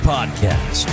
Podcast